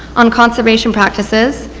on conservation practices,